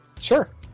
Sure